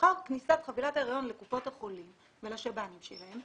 לאחר כניסת חבילת ההריון לקופות החולים ולשב"נים שלהן,